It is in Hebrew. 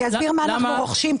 אני אסביר מה אנחנו רוכשים.